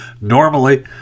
Normally